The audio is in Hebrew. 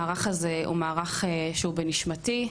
המערך הזה הוא מערך שהוא בנשמתי,